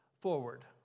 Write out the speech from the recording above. forward